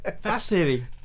fascinating